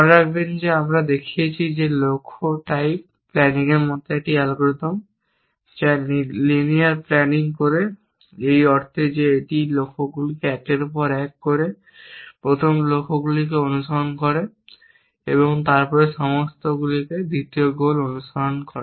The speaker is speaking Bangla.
মনে রাখবেন যে আমরা দেখিয়েছি যে লক্ষ্য টাইপ প্ল্যানিংয়ের মতো একটি অ্যালগরিদম যা লিনিয়ার প্ল্যানিং করে এই অর্থে যে এটি লক্ষ্যগুলিকে একের পর এক করে প্রথম লক্ষ্যগুলিকে অনুসরণ করে এবং তারপরে সমস্তগুলিকে দ্বিতীয় গোল অনুসরণ করে